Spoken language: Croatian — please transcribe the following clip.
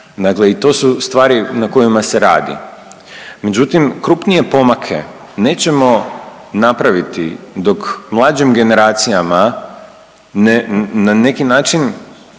i to su stvari na kojima se radi. Međutim, krupnije pomake nećemo napraviti dok mlađim generacijama ne, na neki način